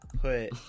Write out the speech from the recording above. put